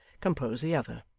compose the other.